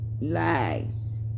lives